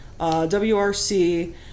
WRC